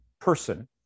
person